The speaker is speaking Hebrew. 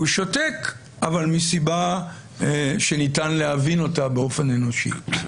הוא שותק אבל מסיבה שניתן להבין אותה באופן אנושי.